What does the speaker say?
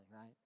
right